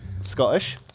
Scottish